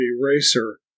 eraser